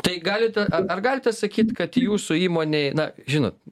tai galit ar ar galite sakyt kad jūsų įmonėj na žinot